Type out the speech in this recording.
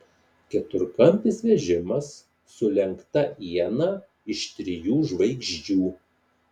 keturkampis vežimas su lenkta iena iš trijų žvaigždžių